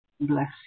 bless